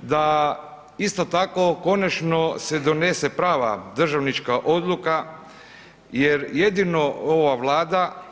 da isto tako konačno se donese prava državnička odluka jer jedino ova Vlada